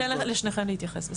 אתן לשניכם להתייחס.